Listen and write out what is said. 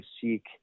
seek